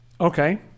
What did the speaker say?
Okay